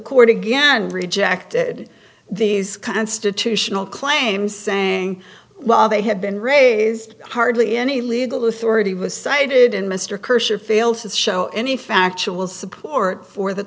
court again rejected these constitutional claims saying while they have been raised hardly any legal authority was cited in mr kershaw failed to show any factual support for the